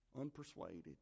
unpersuaded